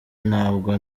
ntabwo